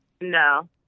No